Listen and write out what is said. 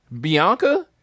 Bianca